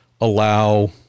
allow